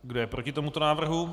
Kdo je proti tomuto návrhu?